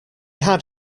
had